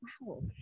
Wow